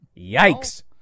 Yikes